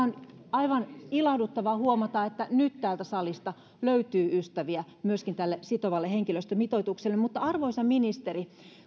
on aivan ilahduttavaa huomata että nyt täältä salista löytyy ystäviä myöskin tälle sitovalle henkilöstömitoitukselle mutta arvoisa ministeri